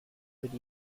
would